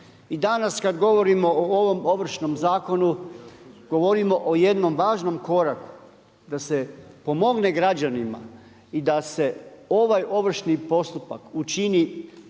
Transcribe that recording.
I danas kad govorimo o ovom ovršnom zakonu, govorimo o jednom važnom koraku, da se pomogne građanima, i da se ovaj ovršni postupak učini